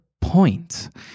point